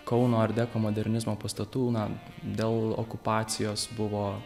kauno art deko modernizmo pastatų na dėl okupacijos buvo